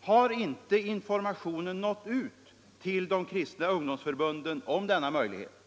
Har inte informationen nått ut till de kristna ungdomsförbunden om denna möjlighet?